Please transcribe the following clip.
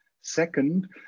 Second